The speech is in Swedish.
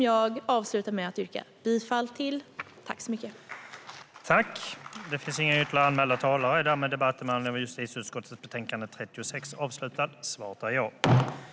Jag avslutar med att yrka bifall till utskottets förslag i betänkandet.